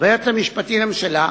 והיועץ המשפטי לממשלה,